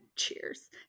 cheers